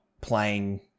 playing